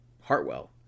Hartwell